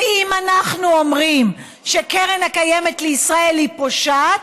ואם אנחנו אומרים שקרן קיימת לישראל היא פושעת,